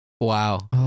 Wow